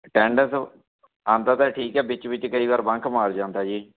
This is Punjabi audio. ਅਟੈਂਡਸ ਆਉਂਦਾ ਤਾਂ ਠੀਕ ਆ ਵਿੱਚ ਵਿੱਚ ਕਈ ਵਾਰ ਬੰਕ ਮਾਰ ਜਾਂਦਾ ਜੀ